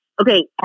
Okay